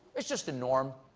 it's just a norm.